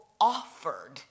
offered